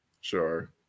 sure